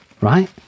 right